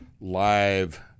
live